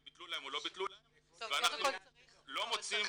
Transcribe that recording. האם ביטלו להם או לא ביטלו להם ואנחנו לא מוצאים